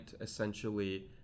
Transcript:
essentially